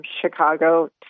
Chicago